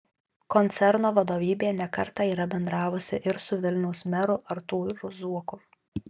koncerno vadovybė ne kartą yra bendravusi ir su vilniaus meru artūru zuoku